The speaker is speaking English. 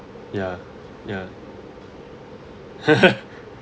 ya ya